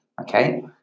Okay